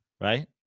Right